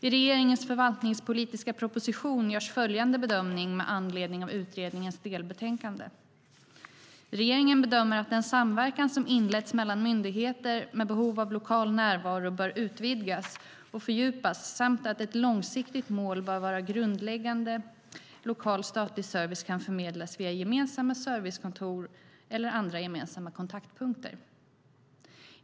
I regeringens förvaltningspolitiska proposition görs följande bedömning med anledning av utredningens delbetänkande: Regeringen bedömer att den samverkan som inletts mellan myndigheter med behov av lokal närvaro bör utvidgas och fördjupas samt att ett långsiktigt mål bör vara att grundläggande lokal statlig service kan förmedlas via gemensamma servicekontor eller andra gemensamma kontaktpunkter.